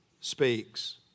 speaks